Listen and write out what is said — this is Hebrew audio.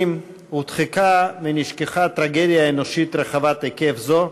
במשך שנים הודחקה ונשכחה טרגדיה אנושית רחבת היקף זו,